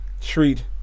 treat